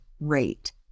rate